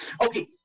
Okay